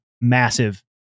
massive